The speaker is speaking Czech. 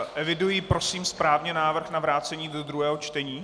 Eviduji, prosím, správně návrh na vrácení do druhého čtení?